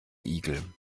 igel